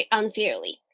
unfairly